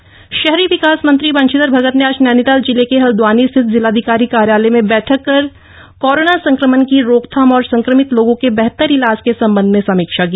समीक्षा बैठक शहरी विकास मंत्री बंशीधर भगत ने आज नैनीताल जिले के हल्द्वानी स्थित जिलाधिकारी कार्यालय में बैठक कर कोरोना संक्रमण की रोकथाम और संक्रमित लोगों के बेहतर ईलाज के सम्बन्ध में समीक्षा की